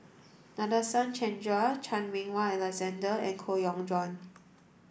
Nadasen Chandra Chan Meng Wah Alexander and Koh Yong Guan